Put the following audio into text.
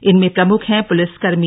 इनमें प्रमुख हैं पुलिस कर्मी